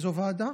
איזו ועדה?